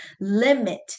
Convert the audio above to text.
limit